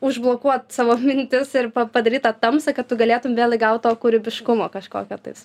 užblokuot savo mintis ir padaryt tą tamsą kad tu galėtum vėl įgaut to kūrybiškumo kažkokio tais